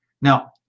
Now